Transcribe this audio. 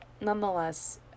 nonetheless